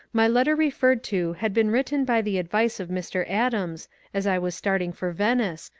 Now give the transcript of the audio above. my letter referred to had been written by the advice of mr. adams as i was starting for venice,